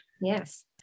Yes